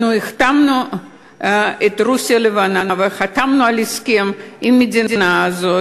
החתמנו את רוסיה הלבנה וחתמנו על הסכם עם המדינה הזאת,